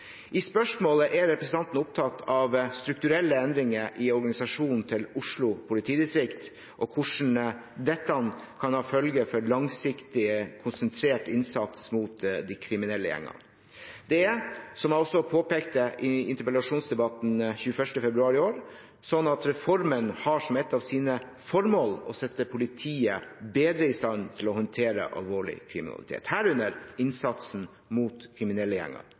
I spørsmålet er representanten opptatt av strukturelle endringer i organisasjonen til Oslo politidistrikt og hvordan dette kan ha følger for langsiktig konsentrert innsats mot de kriminelle gjengene. Reformen har, som jeg også påpekte i interpellasjonsdebatten 21. februar i år, som et av sine formål å sette politiet bedre i stand til å håndtere alvorlig kriminalitet, herunder innsatsen mot kriminelle gjenger.